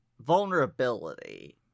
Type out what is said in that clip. vulnerability